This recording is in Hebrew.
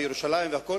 ירושלים והכול,